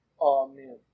amen